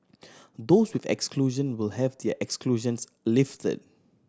those with exclusion will have their exclusions lifted